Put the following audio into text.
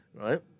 right